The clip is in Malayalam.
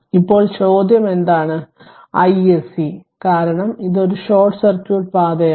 ഇപ്പോൾ ചോദ്യം എന്താണ് isc കാരണം ഇത് ഒരു ഷോർട്ട് സർക്യൂട്ട് പാതയാണ്